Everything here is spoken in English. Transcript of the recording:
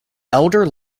elder